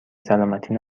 سلامتی